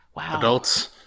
adults